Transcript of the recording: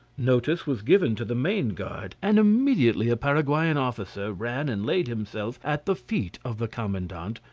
notice was given to the main guard, and immediately a paraguayan officer ran and laid himself at the feet of the commandant,